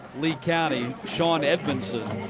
lee county. sean edmondson.